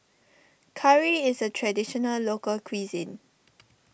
Curry is a Traditional Local Cuisine